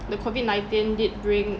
the COVID nineteen did bring